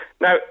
now